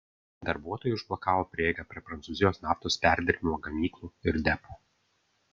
darbuotojai užblokavo prieigą prie prancūzijos naftos perdirbimo gamyklų ir depų